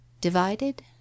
Divided